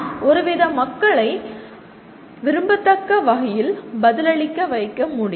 ஒருவிதத்தில் மக்களை விரும்பத்தக்க வகையில் பதிலளிக்க வைக்க முடியும்